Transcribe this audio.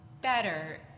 better